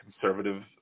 conservative